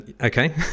Okay